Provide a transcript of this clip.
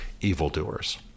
evildoers